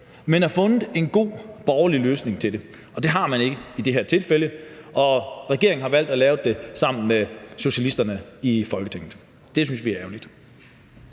man havde fundet en god borgerlig løsning til det, og det har man ikke i det her tilfælde, og regeringen har valgt at lave det sammen med socialisterne i Folketinget. Det synes vi er ærgerligt.